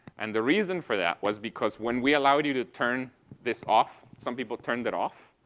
and the reason for that was because when we allowed you to turn this off some people turned it off,